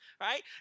right